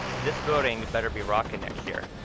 this building better be rockin' next year.